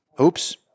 Oops